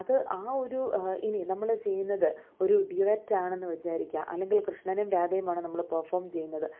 അത് ആ ഒരു ഇനി നമ്മൾ ചെയ്യുന്നത് ഒരു ഡ്യുവറ്റ് ആണെന്ന് വിചാരിക്കുക അല്ലെങ്കിൽ കൃഷ്ണനും രാധയുമാണ് നമ്മൾ പെർഫോം ചെയ്യുന്നത്